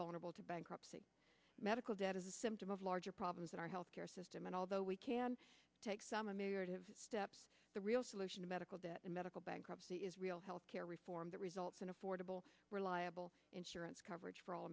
vulnerable to bankruptcy medical debt is a symptom of larger problems in our health care system and although we can take some ameliorative steps the real solution to medical debt and medical bankruptcy is real health care reform that results in affordable reliable insurance coverage for all